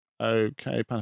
Okay